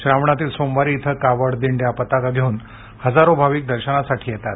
श्रावणातील सोमवारी येथे कावड दिंड्या पताका घेऊन हजारो भाविक दर्शनासाठी येतात